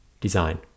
Design